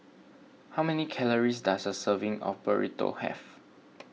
how many calories does a serving of Burrito have